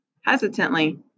Hesitantly